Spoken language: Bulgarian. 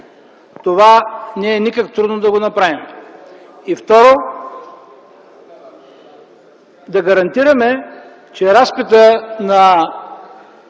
Това не е никак трудно да направим. Второ, да гарантираме, че разпита на